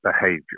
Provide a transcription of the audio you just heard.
behavior